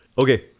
Okay